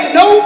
no